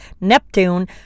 Neptune